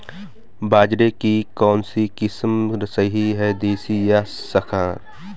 बाजरे की कौनसी किस्म सही हैं देशी या संकर?